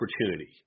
opportunity